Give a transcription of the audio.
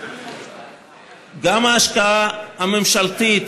גם ההשקעה הממשלתית